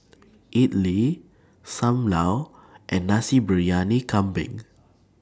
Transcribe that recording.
Idly SAM Lau and Nasi Briyani Kambing